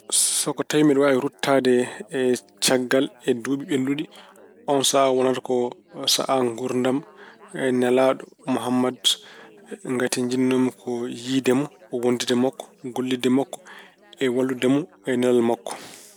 So ko tawi mbeɗa waawi ruttaade caggal e duuɓi ɓennuɗi, oon sahaa wonata ko sahaa nguurdam nelaaɗo Muhammad. Ngati njiɗnoo-mi ko yiyde mo, wonndude e makko, gollidde e makko e wallude mo e nelal makko.